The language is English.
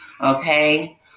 okay